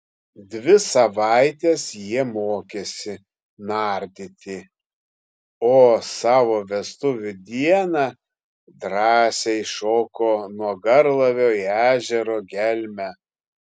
dvi savaites jie mokėsi nardyti o savo vestuvių dieną drąsiai šoko nuo garlaivio į ežero gelmę